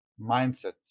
mindset